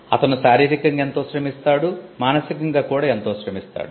అతను శారీరికంగా ఎంతో శ్రమిస్తాడు మానసికంగా కూడా ఎంతో శ్రమిస్తాడు